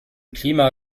klima